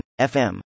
FM